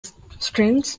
strengths